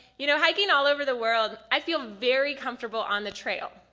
you know, hiking all over the world i feel very comfortable on the trail.